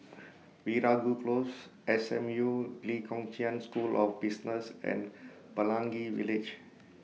Veeragoo Close S M U Lee Kong Chian School of Business and Pelangi Village